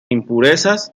impurezas